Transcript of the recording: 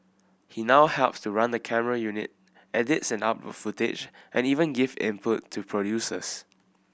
he now helps to run the camera unit edits and uploads footage and even gives input to producers